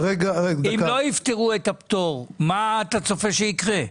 אם לא יפתרו את הפטור, מה אתה צופה שיקרה?